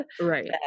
Right